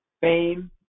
fame